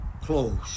close